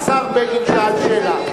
השר בגין שאל שאלה.